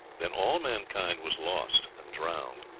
then all mankind was lost and drowned,